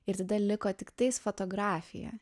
ir tada liko tiktais fotografija